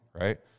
Right